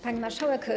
Pani Marszałek!